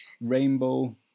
rainbow